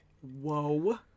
Whoa